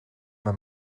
mae